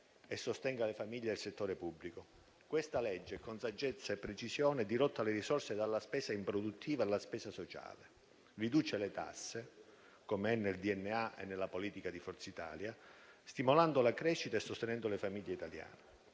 e sostenga le famiglie e il settore pubblico. Questa legge, con saggezza e precisione, dirotta le risorse dalla spesa improduttiva a quella sociale; riduce le tasse, com'è nel DNA e nella politica di Forza Italia, stimolando la crescita e sostenendo le famiglie italiane.